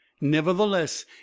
nevertheless